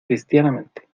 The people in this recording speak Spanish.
cristianamente